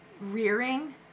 rearing